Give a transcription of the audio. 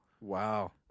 Wow